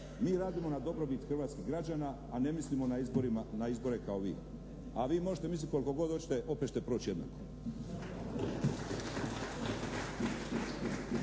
Mi radimo na dobrobit hrvatskih građana a ne mislimo na izbore kao vi. A vi možete misliti koliko god hoćete opet ćete proći jednako.